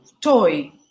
toy